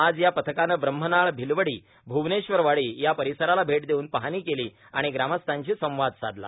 आज या पथकानं ब्रम्हनाळए भिलवडीए भ्वनेश्वरवाडी या परिसराला भेट देवून पाहणी केली आणि ग्रामस्थांशी संवाद साधला